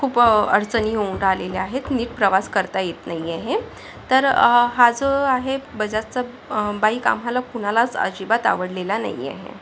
खूप अडचणी येऊन राहलेल्या आहेत नीट प्रवास करता येत नाही आहे तर हा जो आहे बजाजचा बाईक आम्हाला कुणालाच अजिबात आवडलेला नाही आहे